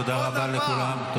תודה רבה לכולם.